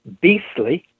beastly